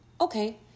Okay